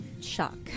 shock